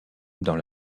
dans